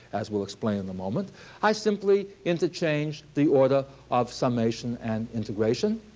as we'll explain in the moment i simply interchange the order of summation and integration,